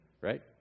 right